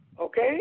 Okay